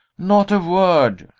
not a word.